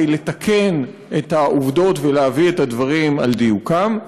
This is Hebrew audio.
מה נעשה כדי לתקן את העובדות ולהביא את הדברים על דיוקם?